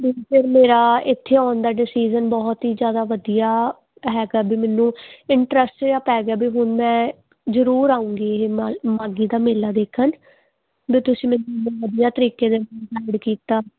ਫਿਰ ਮੇਰਾ ਇੱਥੇ ਆਉਣ ਦਾ ਡਿਸੀਜ਼ਨ ਬਹੁਤ ਹੀ ਜ਼ਿਆਦਾ ਵਧੀਆ ਹੈਗਾ ਬਈ ਮੈਨੂੰ ਇੰਟਰਸਟ ਜਿਹਾ ਪੈ ਗਿਆ ਬਈ ਹੁਣ ਮੈਂ ਜ਼ਰੂਰ ਆਉਂਗੀ ਇਹ ਮਲ ਮਾਘੀ ਦਾ ਮੇਲਾ ਦੇਖਣ ਬਈ ਤੁਸੀਂ ਵਧੀਆ ਤਰੀਕੇ ਦੇ ਨਾਲ ਗਾਇਡ ਕੀਤਾ